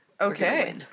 Okay